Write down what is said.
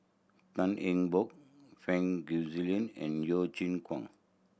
Tan Eng Bock Fang and Yeo Chee Kiong